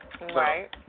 Right